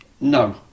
No